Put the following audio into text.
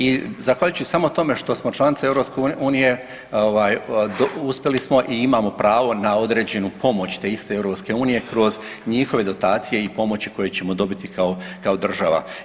I zahvaljujući samo tome što smo članica EU uspjeli smo i imamo pravo na određenu pomoć te iste EU kroz njihove dotacije i pomoći koje ćemo dobiti kao država.